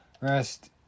rest